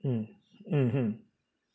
mm mmhmm